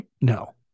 no